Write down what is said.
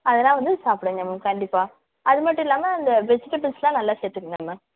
அதலாம் வந்து சாப்பிடுங்க மேம் கண்டிப்பாக அது மட்டும் இல்லாமல் அந்த வெஜிடேபிள்ஸுலாம் நல்லா சேர்த்துக்கங்க மேம்